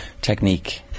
technique